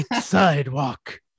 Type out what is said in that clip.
sidewalk